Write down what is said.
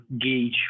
gauge